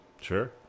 Sure